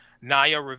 Naya